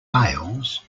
wales